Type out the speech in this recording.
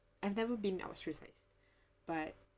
I've never been ostracised but